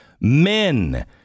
men